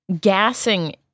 gassing